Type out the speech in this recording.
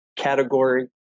category